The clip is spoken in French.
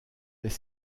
des